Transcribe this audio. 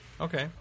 Okay